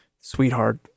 sweetheart